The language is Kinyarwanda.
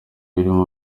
birimo